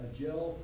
gel